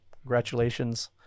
Congratulations